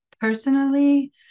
personally